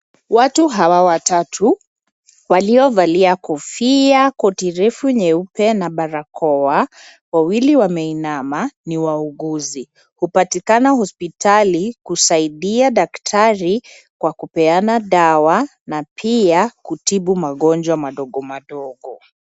Watu hawa watatu, waliovalia kofia, koti refu nyeupe, na barakoa. Wawili wameinama ni wauguzi. Hupatikana hospitali kusaidia daktari, kwa kupeana dawa, na pia kutibu magonjwa madogo madogo.